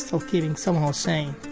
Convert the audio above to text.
of keeping somehow sane,